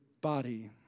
body